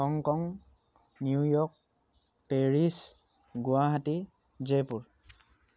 Hong Kong New York Paris Guwahati Jaipur